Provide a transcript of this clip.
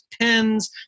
pens